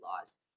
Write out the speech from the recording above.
laws